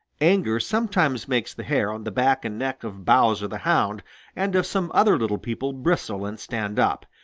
anger sometimes makes the hair on the back and neck of bowser the hound and of some other little people bristle and stand up,